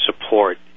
support